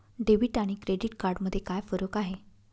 Debit आणि credit card मध्ये काय फरक आहे?